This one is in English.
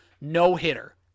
no-hitter